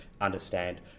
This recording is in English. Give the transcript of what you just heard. understand